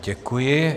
Děkuji.